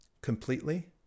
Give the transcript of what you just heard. completely